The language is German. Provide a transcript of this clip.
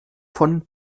von